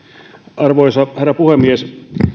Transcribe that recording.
arvoisa herra puhemies